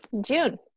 June